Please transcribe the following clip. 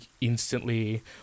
instantly